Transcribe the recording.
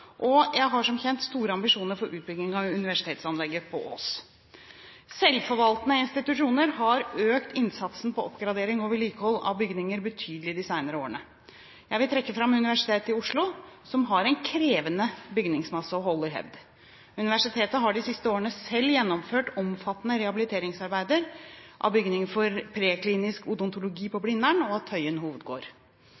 og jeg har som kjent store ambisjoner for utbygging av universitetsanlegget på Ås. Selvforvaltende institusjoner har økt innsatsen på oppgradering og vedlikehold av bygninger betydelig de senere årene. Jeg vil trekke fram Universitetet i Oslo, som har en krevende bygningsmasse å holde i hevd. Universitetet har de siste årene selv gjennomført omfattende rehabiliteringsarbeider av bygning for Preklinisk odontologi, PO-bygget, på